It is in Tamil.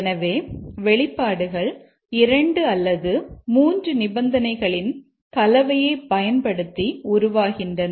எனவே வெளிப்பாடுகள் 2 அல்லது 3 நிபந்தனைகளின் கலவையைப் பயன்படுத்தி உருவாகின்றன